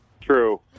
True